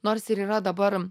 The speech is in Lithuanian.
nors ir yra dabar